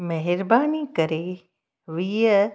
महिरबानी करे वीह